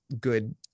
good